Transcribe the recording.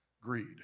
greed